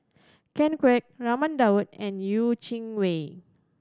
Ken Kwek Raman Daud and Yeh Chi Wei